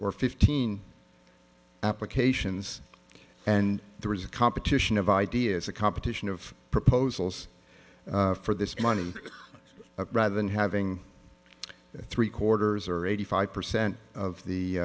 or fifteen applications and there was a competition of ideas a competition of proposals for this money rather than having three quarters or eighty five percent of the